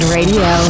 Radio